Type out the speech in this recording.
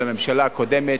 של הממשלה הקודמת,